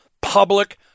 public